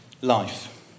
life